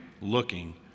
looking